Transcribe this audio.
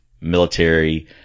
military